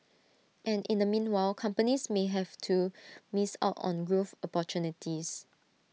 and in the meanwhile companies may have to miss out on growth opportunities